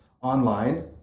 online